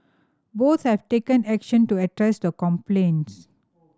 both have taken action to address the complaints